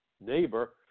neighbor